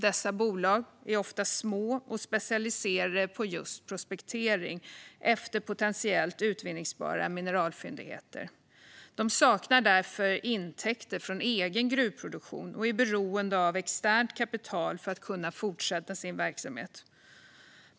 Dessa bolag är ofta små och specialiserade på just prospektering efter potentiellt utvinningsbara mineralfyndigheter. De saknar därför intäkter från egen gruvproduktion och är beroende av externt kapital för att kunna fortsätta sin verksamhet.